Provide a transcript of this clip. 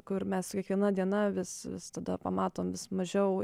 kur mes su kiekviena diena vis vis tada pamatom vis mažiau